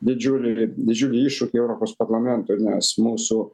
didžiulį didžiulį iššūkį europos parlamentui nes mūsų